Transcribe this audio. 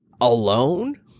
alone